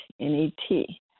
N-E-T